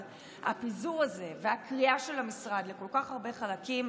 אבל הפיזור הזה והקריעה של המשרד לכל כך הרבה חלקים